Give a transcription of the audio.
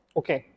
okay